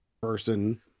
person